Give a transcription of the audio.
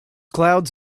clouds